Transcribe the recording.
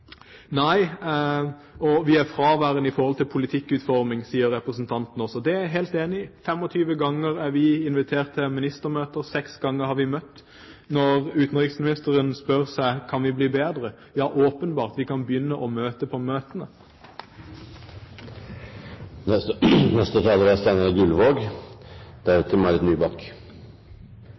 jeg helt enig i. 25 ganger er vi invitert til ministermøter. Seks ganger har vi møtt. Når utenriksministeren spør: Kan vi bli bedre? Ja, åpenbart, vi kan begynne å møte på møtene. Selv om enkelte EU-land kan registrere vekst i økonomien, er